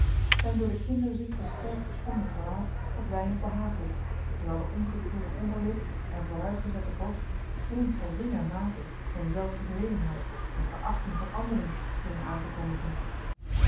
zijn door de kinderziekte sterkgeschonden gelaat had weinig behaaglijks terwijl de omgekrulde onderlip en vooruitgezette borst geen geringe mate van zelftevredenheid en verachting van anderen schenen aan te kondigen